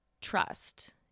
trust